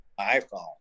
iPhone